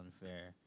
unfair